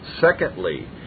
Secondly